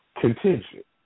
contingent